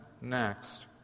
next